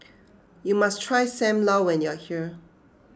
you must try Sam Lau when you are here